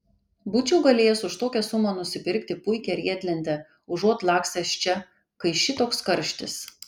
būčiau galėjęs už tokią sumą nusipirkti puikią riedlentę užuot lakstęs čia kai šitoks karštis